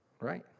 Right